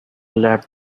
let